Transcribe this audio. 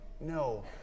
no